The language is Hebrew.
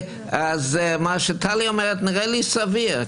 אז מה שטלי אומרת נראה לי סביר.